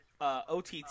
OTT